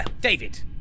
David